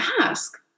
ask